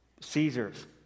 Caesar's